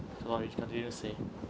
you continue say